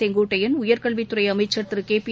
செங்கோட்டையன் உயர்கல்வித்துறை அமைச்சர் திரு கேபி